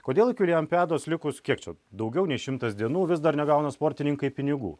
kodėl iki olimpiados likus kiek čia daugiau nei šimtas dienų vis dar negauna sportininkai pinigų